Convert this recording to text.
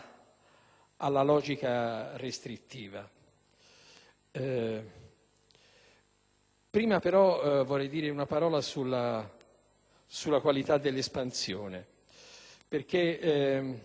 alla logica restrittiva. Prima, però, vorrei dire una parola sulla qualità dell'espansione,